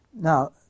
Now